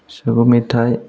सुबुं मेथाइ